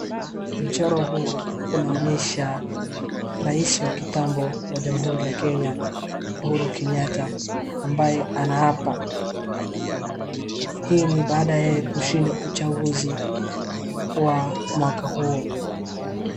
Mchoro huu unaonyesha raisi wa kitambo wa jamhuri la Kenya Uhuru Kenyatta ambaye anaapa hii ni baada ya yeye kushida uchaguzi wa mwaka huo.